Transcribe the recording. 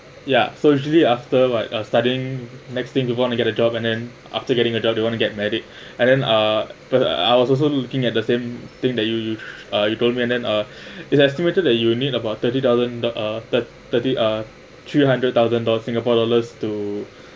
ya so usually after like uh studying next thing you going to get a job and then after getting a job they want to get married and then uh but I was also looking at the same thing that you you you told me and then uh it's estimated that you will need about thirty thousand uh third thirty uh three hundred thousand dollars singapore dollars to